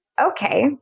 Okay